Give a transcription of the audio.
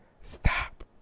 Stop